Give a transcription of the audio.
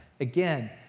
again